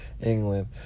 England